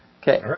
Okay